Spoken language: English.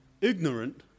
ignorant